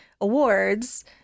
awards